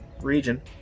region